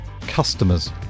Customers